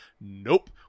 Nope